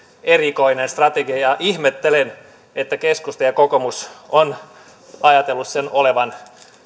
erikoinen strategia ja ihmettelen että keskusta ja kokoomus ovat ajatelleet sen olevan